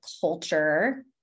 culture